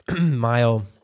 mile